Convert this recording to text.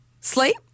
Sleep